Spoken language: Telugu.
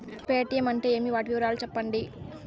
పేటీయం అంటే ఏమి, వాటి వివరాలు సెప్పండి?